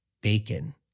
bacon